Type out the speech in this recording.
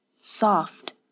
soft